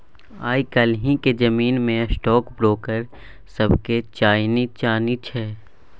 आय काल्हिक जमाना मे स्टॉक ब्रोकर सभके चानिये चानी छै